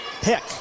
pick